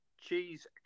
cheese